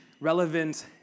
relevant